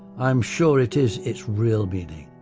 i'm sure it is, its real meaning.